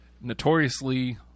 notoriously